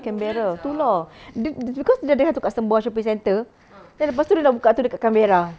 canberra itu lah di~ dia sudah ada satu custom bawah shopping centre then lepas tu dia sudah buka satu dekat canberra